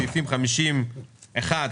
סעיפים 50(1),